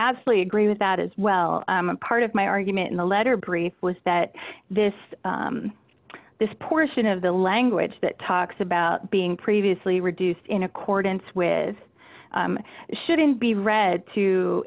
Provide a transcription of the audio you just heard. absolutely agree with that as well part of my argument in the letter brief was that this this portion of the language that talks about being previously reduced in accordance with shouldn't be read to